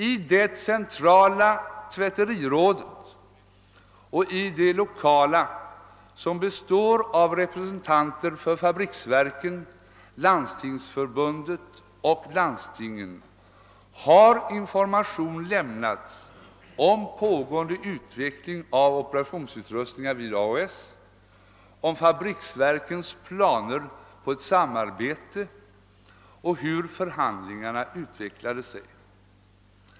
I det centrala tvätterirådet och i de lokala, som består av representanter för fabriksverken, Landstingsförbundet och landstingen, har information lämnats om pågående utveckling av operationsutrustningar vid AHS, om fabriksverkens planer på ett samarbete och hur förhandlingarna utvecklade sig.